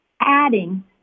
adding